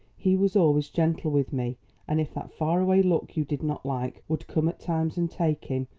he was always gentle with me and if that far-away look you did not like would come at times and take him,